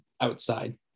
outside